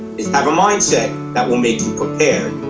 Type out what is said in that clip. is have a mindset that will make you prepared,